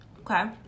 Okay